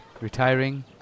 retiring